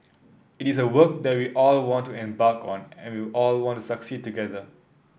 it is a work that we all want to embark on and we all want to succeed together